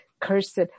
cursed